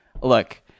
Look